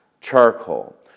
charcoal